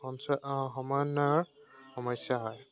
সঞ্চয় সমন্নয়ৰ সমস্যা হয়